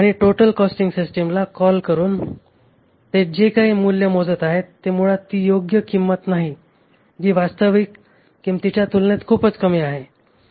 आणि total costing सिस्टिमला call करून ते जे काही मूल्य मोजत आहेत ते मुळात ती योग्य किंमत नाही जी वास्तविक किंमतीच्या तुलनेत खूपच कमी आहे